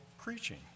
preaching